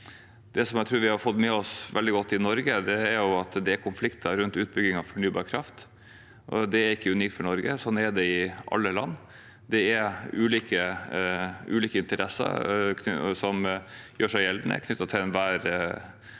Det jeg tror vi har fått med oss veldig godt i Norge, er at det er konflikter rundt utbygging av fornybar kraft. Det er ikke unikt for Norge. Slik er det i alle land. Ulike interesser gjør seg gjeldende knyttet til nesten